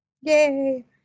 Yay